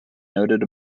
noted